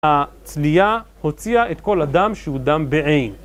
הצלייה הוציאה את כל הדם שהוא דם בעין